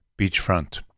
beachfront